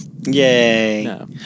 Yay